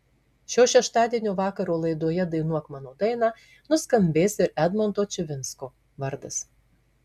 šio šeštadienio vakaro laidoje dainuok mano dainą nuskambės ir edmondo čivinsko vardas